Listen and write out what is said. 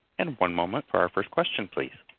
and one moment for our first question please.